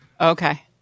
Okay